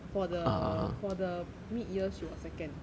for the for the mid years she was second